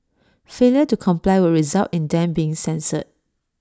failure to comply would result in them being censured